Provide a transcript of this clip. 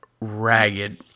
ragged